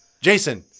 Jason